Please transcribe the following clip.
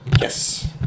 Yes